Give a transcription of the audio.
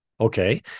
Okay